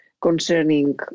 concerning